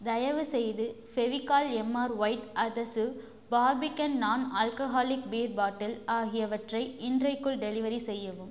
தயவுசெய்து Fevicol MR white adhesive Barbican non alcoholic beer bottle ஆகியவற்றை இன்றைக்குள் டெலிவெரி செய்யவும்